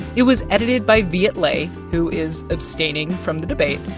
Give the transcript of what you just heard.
it was edited by viet le, who is abstaining from the debate,